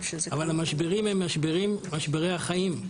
אבל המשברים הם משברים, משברי החיים.